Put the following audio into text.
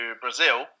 Brazil